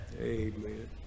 amen